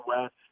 West